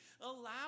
Allow